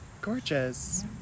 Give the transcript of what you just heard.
Gorgeous